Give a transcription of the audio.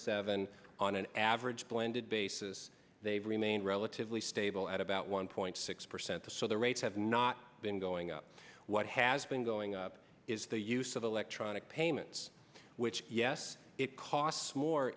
seven on an average blended basis they remain relatively stable at about one point six percent the so the rates have not been going up what has been going up is the use of electronic payments which yes it costs more